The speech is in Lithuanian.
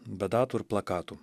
be datų ir plakatų